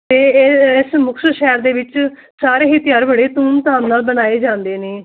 ਤੇ ਇਹ ਇਸ ਮੁਕਤਸਰ ਸ਼ਹਿਰ ਦੇ ਵਿੱਚ ਸਾਰੇ ਹੀ ਤਿਉਹਾਰ ਬੜੇ ਧੂਮਧਾਮ ਨਾਲ ਮਨਾਏ ਜਾਂਦੇ ਨੇ